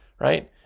right